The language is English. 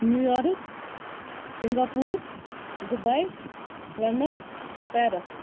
New York Singapore Dubai London Paris